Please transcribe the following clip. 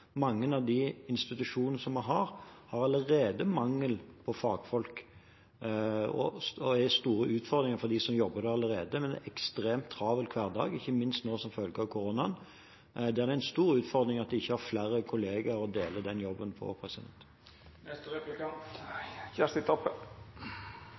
Mange av de institusjonene vi har, har allerede mangel på fagfolk, og det er store utfordringer for dem som jobber der allerede, med en ekstremt travel hverdag, ikke minst nå som følge av koronaen. Det er en stor utfordring at de ikke har flere kollegaer å dele den jobben